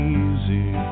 easy